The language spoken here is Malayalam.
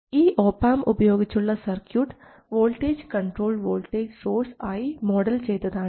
ഈ ഒപാംപ് ഉപയോഗിച്ചുള്ള circuit voltage controlled voltage source ആയി മോഡൽ ചെയ്തതാണ്